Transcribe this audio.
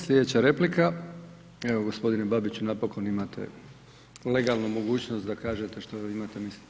Sljedeća replika, evo gospodine Babiću, napokon imate legalnu mogućnost da kažete što imate, mislite.